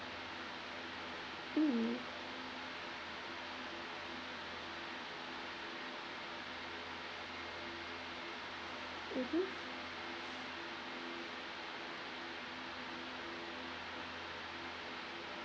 mm mmhmm